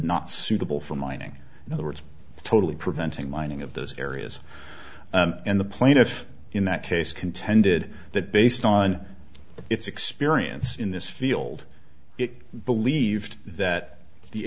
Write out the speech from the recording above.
not suitable for mining in other words totally preventing mining of those areas and the plaintiff in that case contended that based on its experience in this field it believed that the